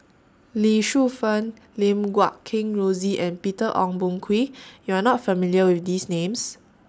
Lee Shu Fen Lim Guat Kheng Rosie and Peter Ong Boon Kwee YOU Are not familiar with These Names